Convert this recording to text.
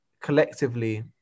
collectively